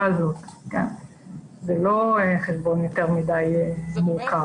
הזאת -- -זה לא חשבון יותר מדי מורכב.